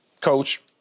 Coach